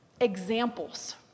examples